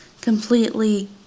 completely